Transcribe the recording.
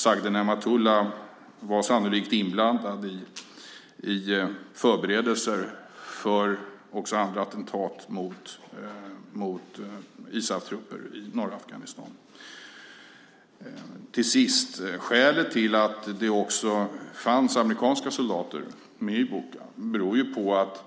Sagde Nematullah var sannolikt inblandad i förberedelser också för andra attentat mot ISAF-trupper i norra Afghanistan. Till sist: Skälet till att det också fanns amerikanska soldater med i Boka är att